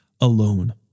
alone